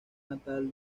natal